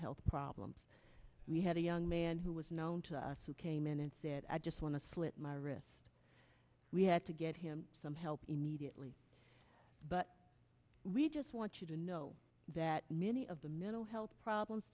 health problems we had a young man who was known to us who came in and said i just want to slit my wrists we had to get him some help immediately but we just want you to know that many of the middle health problems